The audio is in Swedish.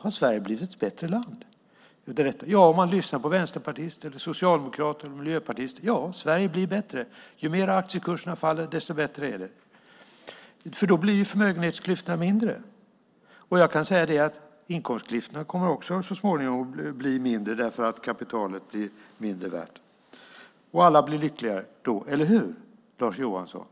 Har Sverige har blivit ett bättre land av detta? Ja, enligt vänsterpartister, socialdemokrater och miljöpartister. Ju mer aktiekurserna faller, desto bättre är det. Då blir förmögenhetsklyftorna mindre. Inkomstklyftorna kommer också att bli mindre så småningom eftersom kapitalet blir mindre värt. Då blir alla lyckligare. Eller hur, Lars Johansson?